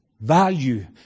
Value